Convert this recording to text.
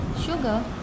sugar